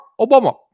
Obama